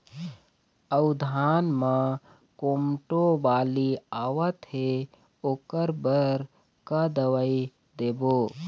अऊ धान म कोमटो बाली आवत हे ओकर बर का दवई देबो?